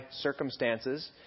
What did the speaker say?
circumstances